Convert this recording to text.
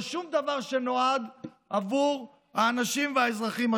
לא שום דבר שנועד עבור האנשים והאזרחים.